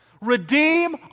redeem